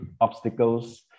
obstacles